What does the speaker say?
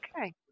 okay